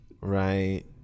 Right